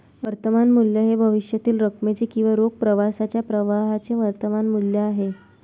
वर्तमान मूल्य हे भविष्यातील रकमेचे किंवा रोख प्रवाहाच्या प्रवाहाचे वर्तमान मूल्य आहे